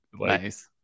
Nice